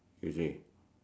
is it